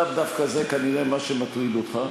לאו דווקא זה כנראה מה שמטריד אותך.